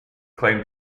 claimed